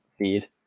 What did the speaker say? feed